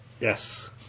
Yes